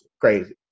Crazy